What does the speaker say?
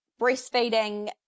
breastfeeding